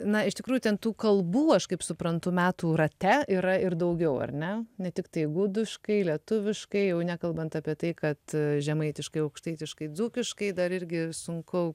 na iš tikrųjų ten tų kalbų aš kaip suprantu metų rate yra ir daugiau ar ne ne tiktai gudiškai lietuviškai jau nekalbant apie tai kad žemaitiškai aukštaitiškai dzūkiškai dar irgi sunku